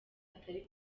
atari